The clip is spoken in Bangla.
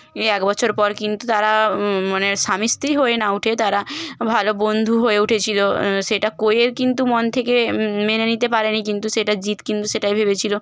এই এক বছর পর কিন্তু তারা মানে স্বামী স্ত্রী হয়ে না উঠে তারা ভালো বন্ধু হয়ে উঠেছিলো সেটা কোয়েল কিন্তু মন থেকে মেনে নিতে পারেনি কিন্তু সেটা জিৎ কিন্তু সেটাই ভেবেছিলো